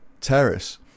terrace